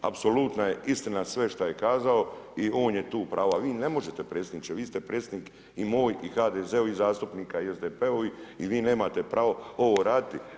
Apsolutna je istina sve šta je kazao i on je tu u pravu, a vi ne možete predsjedniče, vi ste predsjednik i moj i HDZ-ovih zastupnika i SDP-ovih i vi nemate pravo ovo raditi.